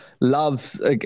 loves